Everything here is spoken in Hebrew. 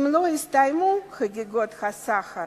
אם לא יסתיימו חגיגות השכר